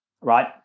right